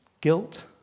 guilt